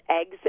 eggs